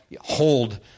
hold